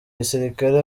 gisirikare